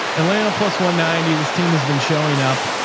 atlanta plus one ninety, this team has been showing up.